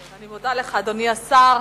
אני מודה לך, אדוני השר.